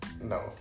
No